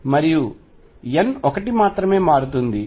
మరియు n ఒకటి మాత్రమే మారుతుంది